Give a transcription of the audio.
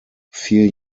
vier